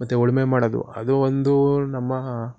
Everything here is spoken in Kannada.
ಮತ್ತು ಉಳುಮೆ ಮಾಡೋದು ಅದು ಒಂದು ನಮ್ಮ